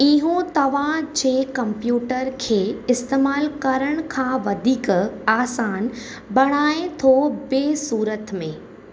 इहो तव्हांजे कंप्यूटर खे इस्तमालु करण खां वधीक आसान बणाइ थो ॿिए सूरत में